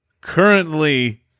currently